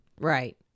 right